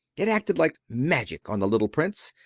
it acted like magic on the little prince.